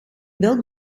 welk